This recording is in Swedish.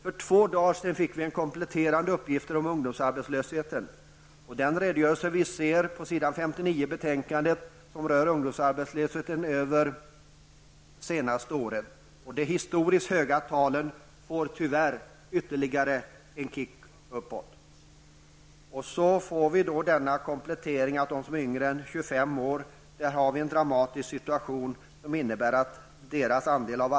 För två dagar sedan fick vi kompletterande uppgifter om ungdomsarbetslösheten. Den redogörelse vi ser på s. 59 i betänkandet rör ungdomsarbetslösheten över det senaste året. De historiskt höga talen får tyvärr ytterligare en kick uppåt. Så får vi då den kompletterande informationen, att situationen för dem som är yngre än 25 år är ännu mer dramatisk.